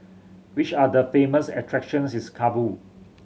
which are the famous attractions in Kabul